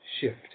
shift